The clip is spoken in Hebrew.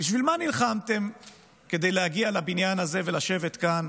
בשביל מה נלחמתם כדי להגיע לבניין הזה ולשבת כאן